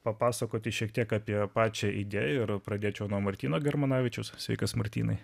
papasakoti šiek tiek apie pačią idėją ir pradėčiau nuo martyno germanavičius sveikas martynai